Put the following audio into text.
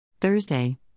Thursday